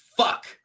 Fuck